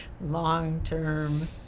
long-term